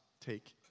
take